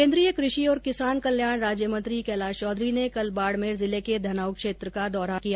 केन्द्रीय कृषि और किसान कल्याण राज्य मंत्री कैलाश चौधरी ने कल बाडमेर जिले के धनाऊ क्षेत्र का दौरा किया